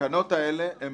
הן